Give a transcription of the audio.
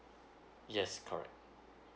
yes correct